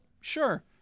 Sure